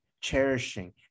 cherishing